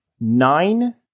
nine